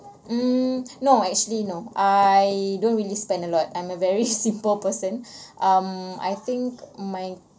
mm no actually no I don't really spend a lot I'm a very simple person um I think my